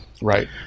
Right